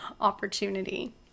opportunity